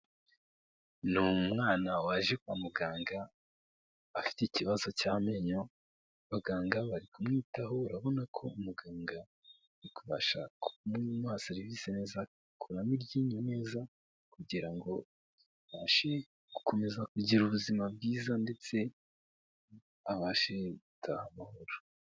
Ni umwana waje kwa muganga afite ikibazo cy'amenyo, abaganga bari kumwitaho, urabona ko muganga ari kubasha kumuha serivise neza, akuramo iryinyo neza kugira ngo abashe gukomeza kugira ubuzima bwiza, ndetse abashe gutaha amahoro.